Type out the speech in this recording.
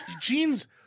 Jeans